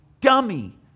dummy